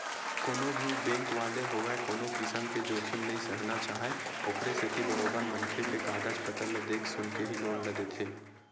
कोनो भी बेंक वाले होवय कोनो किसम के जोखिम नइ सहना चाहय ओखरे सेती बरोबर मनखे के कागज पतर ल देख सुनके ही लोन ल देथे